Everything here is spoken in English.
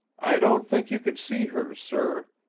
i don't think you could see her, sir.